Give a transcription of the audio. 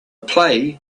play